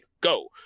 go